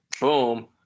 boom